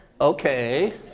okay